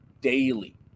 daily